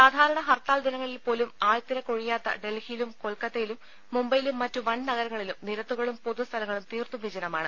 സാധാരണ ഹർത്താൽ ദിനങ്ങളിൽപ്പോലും ആൾത്തിരക്കൊഴിയാത്ത ഡൽഹിയിലും കൊൽക്കത്തയിലും മുംബൈയിലും മറ്റ് വൻ നഗരങ്ങളിലും നിരത്തുകളും പൊതുസ്ഥലങ്ങളും തീർത്തും വിജനമാണ്